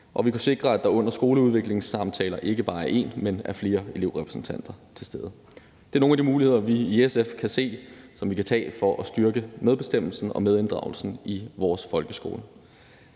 og vi kunne sikre, at der under skoleudviklingssamtaler ikke bare er én elevrepræsentant, men flere elevrepræsentanter til stede. Det er nogle af de muligheder, vi i SF kan se der er for at styrke medbestemmelsen og medinddragelsen i vores folkeskole.